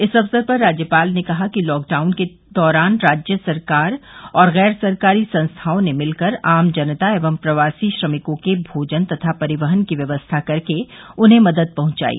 इस अवसर पर राज्यपाल ने कहा कि लॉकडाउन के दौरान राज्य सरकार और गैर सरकारी संस्थाओं ने मिलकर आम जनता एवं प्रवासी श्रमिकों के भोजन तथा परिवहन की व्यवस्था करके उन्हें मदद पहुंचायी